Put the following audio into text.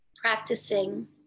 practicing